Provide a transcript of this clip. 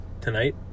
tonight